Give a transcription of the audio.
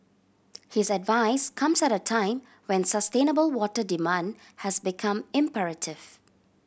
his advice comes at a time when sustainable water demand has become imperative